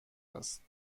است